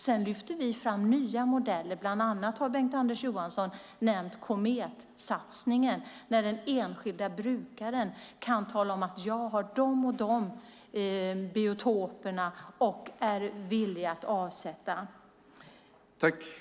Sedan lyfter vi fram nya modeller, bland annat har Bengt-Anders Johansson nämnt Kometsatsningen. Den enskilda brukaren kan meddela att han eller hon är villig att avsätta vissa biotoper.